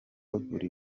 buri